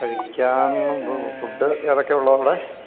കഴിക്കാനുണ്ടോ food ഏതൊക്കെയാണ് ഉള്ളത് ഇവിടെ